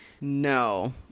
no